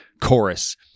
Chorus